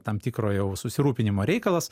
tam tikro jau susirūpinimo reikalas